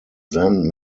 then